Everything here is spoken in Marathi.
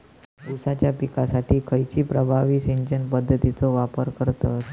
ऊसाच्या पिकासाठी खैयची प्रभावी सिंचन पद्धताचो वापर करतत?